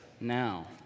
now